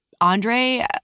Andre